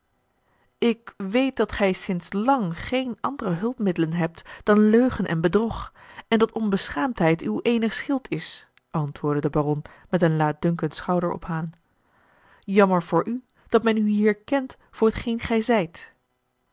ik weet dat gij sinds lang geene andere hulpmiddelen hebt a l g bosboom-toussaint de delftsche wonderdokter eel dan leugen en bedrog en dat onbeschaamdheid uw eenig schild is antwoordde de baron met een laatdunkend schouderophalen jammer voor u dat men u hier kent voor t geen